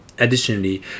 Additionally